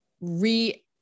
re